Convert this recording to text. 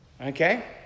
Okay